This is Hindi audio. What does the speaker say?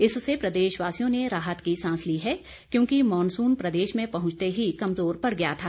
इससे प्रदेशवासियों ने राहत की सांस ली है क्योंकि मॉनसून प्रदेश में पहुंचते ही कमजोर पड़ गया था